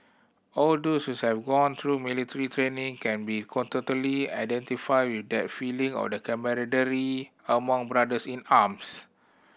all those have gone through military training can be identify with that feeling of camaraderie among brothers in arms